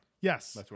Yes